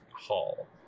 hall